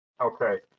okay